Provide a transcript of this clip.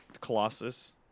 colossus